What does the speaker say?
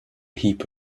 heap